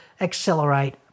accelerate